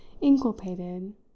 inculpated